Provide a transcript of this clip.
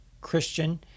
Christian